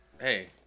Hey